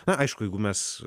na aišku jeigu mes